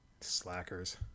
Slackers